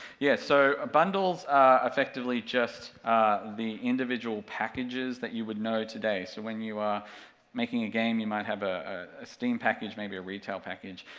yeah so, bundles are effectively just the individual packages that you would know today, so when you are making a game you might have a steam package, maybe a retail package.